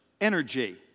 energy